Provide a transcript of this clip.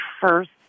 first